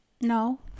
No